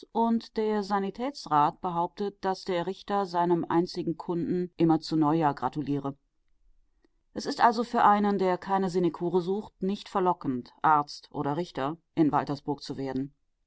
der sanitätsrat behauptet daß der richter seinem einzigen kunden immer zu neujahr gratuliere es ist also für einen der keine sinekure sucht nicht verlockend arzt oder richter in waltersburg zu werden